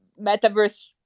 metaverse